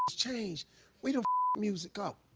has changed. we done music up.